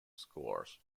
scores